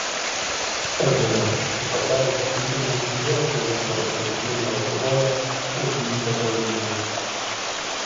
pagaliau supakavusi įrenginį vėl sėda į savo stebuklingą furgoną ir grįžta paryžiun